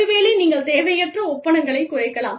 ஒருவேளை நீங்கள் தேவையற்ற ஒப்பனைகளைக் குறைக்கலாம்